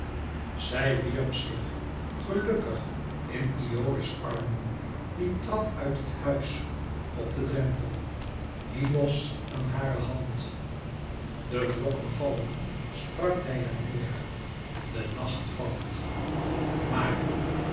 zij wierp zich gelukkig in iole's armen die trad uit het huis op den drempel hyllos aan hare hand de vlokken vallen sprak deianeira de nacht valt maar